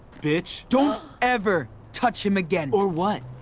bitch. don't ever touch him again. or what?